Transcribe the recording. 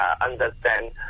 understand